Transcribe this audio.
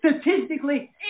statistically